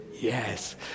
yes